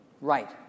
Right